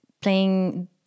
playing